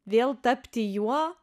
vėl tapti juo